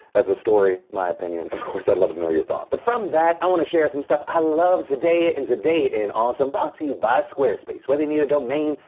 that's the story. in my opinion, of course i'd love to know your thoughts. but from that, i wanna share some stuff i love today, ah in today in awesome brought to you by squarespace. whether you need a domain,